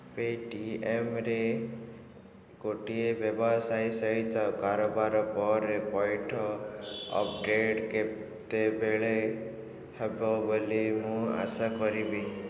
ପେଟିଏମ୍ରେ ଗୋଟିଏ ବ୍ୟବସାୟୀ ସହିତ କାରବାର ପରେ ପଇଠ ଅପଡ଼େଟ୍ କେତେବେଳେ ହେବ ବୋଲି ମୁଁ ଆଶା କରିବି